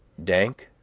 dank,